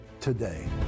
today